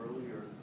earlier